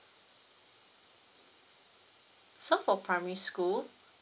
so for primary school